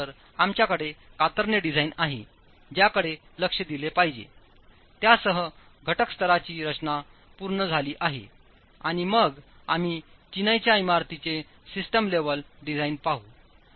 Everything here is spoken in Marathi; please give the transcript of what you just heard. त्यानंतर आमच्याकडे कातरणे डिझाइन आहे ज्याकडे लक्ष दिले पाहिजेत्यासह घटकस्तराची रचना पूर्ण झाली आहे आणि मग आम्ही चिनाईच्या इमारतींचे सिस्टम लेव्हल डिझाइन पाहू